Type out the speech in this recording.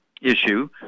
issue